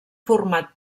format